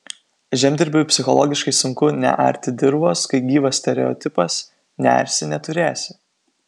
žemdirbiui psichologiškai sunku nearti dirvos kai gyvas stereotipas nearsi neturėsi